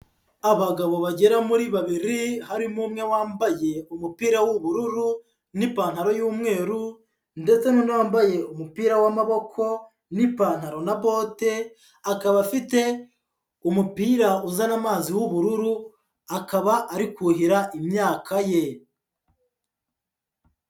Abagabo bagera muri babiri harimo umwe wambaye kumupira w'ubururu n'ipantaro y'umweru ndetse n'uwambaye umupira w'amaboko n'ipantaro na bote akaba afite umupira uzana amazi w'ubururu, akaba ari kuhira imyaka ye.